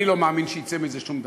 אני לא מאמין שיצא מזה משהו.